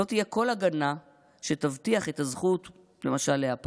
לא תהיה כל הגנה שתבטיח את הזכות להפלות,